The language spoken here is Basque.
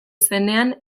zenean